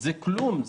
זה כלום,